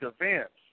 events